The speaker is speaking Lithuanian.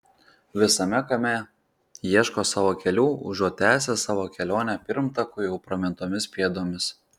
visame kame ieško savo kelių užuot tęsę savo kelionę pirmtakų jau pramintomis pėdomis